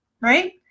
right